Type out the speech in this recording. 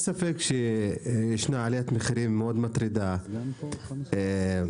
ספק שישנה עליית מחירים מאוד מטרידה ואם